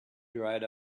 dried